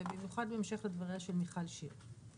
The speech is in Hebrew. ובמיוחד בהמשך לדבריה של מיכל שיר.